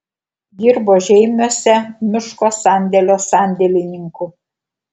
dirbo žeimiuose miško sandėlio sandėlininku